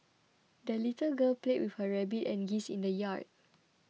the little girl played with her rabbit and geese in the yard